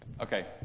Okay